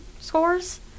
scores